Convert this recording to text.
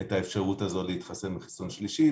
את האפשרות הזאת להתחסן בחיסון שלישי,